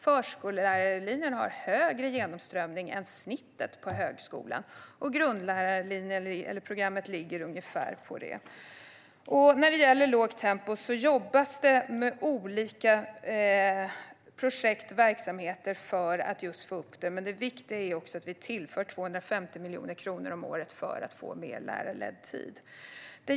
Förskollärarutbildningen har större genomströmning än snittet på högskolan. Och grundlärarprogrammet ligger på ungefär samma nivå. Det jobbas med olika projekt och verksamheter för att få upp tempot. Men det viktiga är att vi också tillför 250 miljoner kronor om året för att få mer lärarledd tid.